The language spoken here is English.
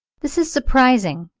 this is surprising,